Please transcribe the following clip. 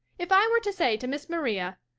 if i were to say to miss maria,